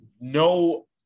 No